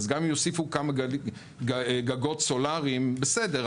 אז גם אם יוסיפו כמה גגות סולריים בסדר,